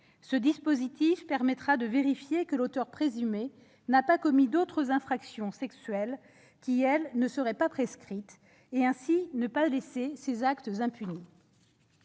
Ce dispositif permettra de vérifier que l'auteur présumé n'a pas commis d'autres infractions sexuelles, qui, elles, ne seraient pas prescrites. Ainsi, ces actes ne resteraient pas impunis.